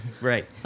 Right